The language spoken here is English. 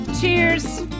Cheers